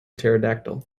pterodactyl